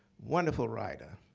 wonderful writer.